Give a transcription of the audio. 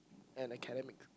and academic